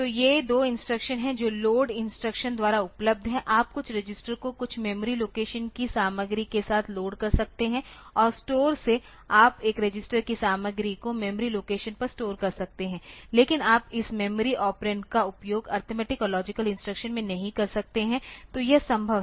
तो ये 2 इंस्ट्रक्शन हैं जो LOAD इंस्ट्रक्शन द्वारा उपलब्ध हैं आप कुछ रजिस्टर को कुछ मेमोरी लोकेशन की सामग्री के साथ लोड कर सकते हैं और STORE से आप एक रजिस्टर की सामग्री को मेमोरी लोकेशन पर स्टोर कर सकते हैं लेकिन आप इस मेमोरी ऑपरेंड का उपयोग अरिथमेटिक और लॉजिकल इंस्ट्रक्शन में नहीं कर सकते हैं तो यह संभव है